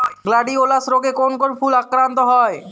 Gladiolus রোগে কোন কোন ফুল আক্রান্ত হয়?